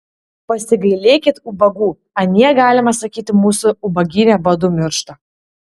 pasigailėkit ubagų anie galima sakyti mūsų ubagyne badu miršta